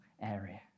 area